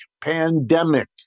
pandemic